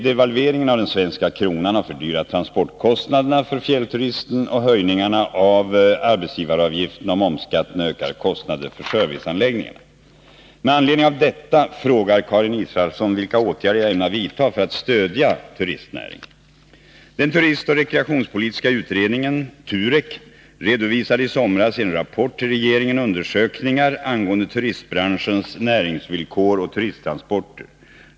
Devalveringen av den svenska kronan har fördyrat transportkostnaderna för fjällturisten, och höjningarna av arbetsgivaravgifterna och mervärdeskatten ökar kostnaderna för serviceanläggningarna. Med anledning av detta frågar Karin Israelsson vilka åtgärder jag ämnar vidta för att stödja turistnäringen. Den turistoch rekreationspolitiska utredningen redovisade i somras i en rapport till regeringen undersökningar angående turistbranschens näringsvillkor och turisttransporter.